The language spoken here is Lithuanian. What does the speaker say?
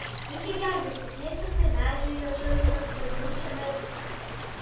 reikia gelbėtis lėkti prie medžių į ąžuolyną į bažnyčią melstis